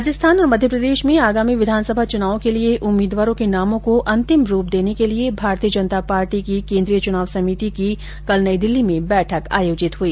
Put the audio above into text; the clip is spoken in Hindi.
राजस्थान और मध्य प्रदेश में अगामी विधानसभा चुनावों के लिए उम्मीदवारों के नामों को अंतिम रूप देने को लिए भारतीय जनता पार्टी केन्द्रीय चुनाव समिति की समिति की कल नई दिल्ली में बैठक आयोजित हई